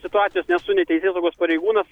situacijos nesu nei teisėsaugos pareigūnas